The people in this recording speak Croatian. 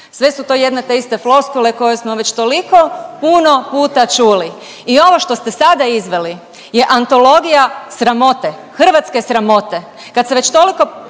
Sve su to jedne te iste floskule koje smo već toliko puno puta čuli i ovo što ste sada izveli je antologija sramote, hrvatske sramote. Kad se već toliko